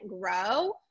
grow